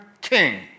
king